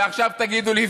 ועכשיו תגידו לי,